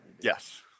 Yes